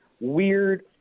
weird